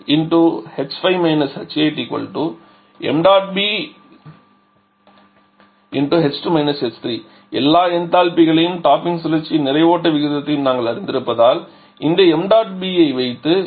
ṁA h5 - h8 ṁB h2 - h3 எல்லா என்தால்பிகளையும் topping சுழற்சியின் நிறை ஓட்ட விகிதத்தையும் நாங்கள் அறிந்திருப்பதால் இந்த ṁB ஐ வைத்து இந்த எண்ணிக்கை 0